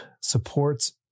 supports